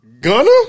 Gunner